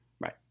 right